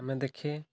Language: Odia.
ଆମେ ଦେଖେ